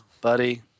buddy